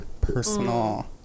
personal